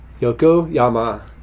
Yokoyama